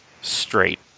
straight